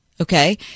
Okay